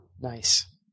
Nice